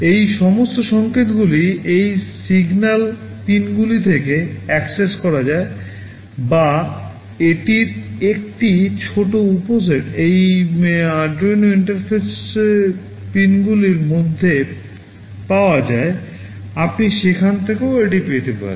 এই সমস্ত সংকেতগুলি এই সিগন্যাল পিনগুলি থেকে অ্যাক্সেস করা যায় বা এটির একটি ছোট উপসেট এই আরডুইনো ইন্টারফেস পিনগুলির মধ্যে পাওয়া যায় আপনি সেখান থেকেও এটি পেতে পারেন